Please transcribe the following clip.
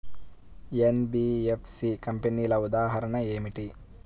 NBFC కంపెనీల ఉదాహరణ ఏమిటి?